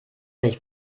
nicht